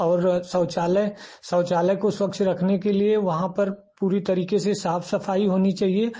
और शौचालय शौचालय को स्वच्छ रखने के लिए वहाँ पर पूरी तरीके से साफ सफाई होनी चाहिए